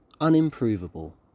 unimprovable